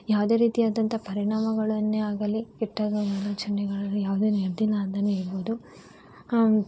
ಯಾವುದೇ ರೀತಿ ಆದಂಥ ಪರಿಣಾಮಗಳನ್ನೇ ಆಗಲಿ ಇಟ್ಟಾಗ ಹೇಳ್ಬೋದು